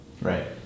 Right